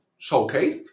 showcased